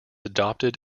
adopted